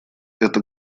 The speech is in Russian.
это